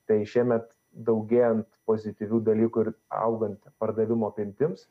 tai šiemet daugėjant pozityvių dalykų ir augant pardavimų apimtims